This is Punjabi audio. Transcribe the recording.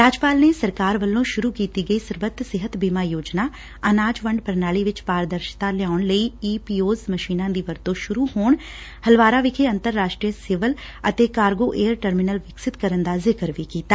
ਰਾਜਪਾਲ ਨੇ ਸਰਕਾਰ ਵੱਲੋਂ ਸੁਰੁ ਕੀਤੀ ਗਈ ਸਰਬੱਤ ਸਿਹਤ ਬੀਮਾ ਯੋਜਨਾ ਅਨਾਜ ਵੰਡ ਪ੍ਰਣਾਲੀ ਚ ਪਾਰਦਰਸਤਾ ਲਿਆਉਣ ਲਈ ਈ ਪੀ ਓ ਐਸ ਮਸ਼ੀਨਾਂ ਦੀ ਵਰਤੋ ਸੁਰੂ ਹੋਣ ਹਲਵਾਰਾ ਵਿਖੇ ਅੰਤਰ ਰਾਸ਼ਟਰੀ ਸਿਵਲ ਅਤੇ ਕਾਰਗੋ ਏਅਰ ਟੈਰਮੀਨਲ ਵਿਕਸਿਤ ਕਰਨ ਦਾ ਜ਼ਿਕਰ ਵੀ ਕੀਤਾ